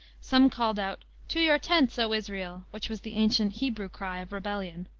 some called out, to your tents, o israel! which was the ancient hebrew cry of rebellion.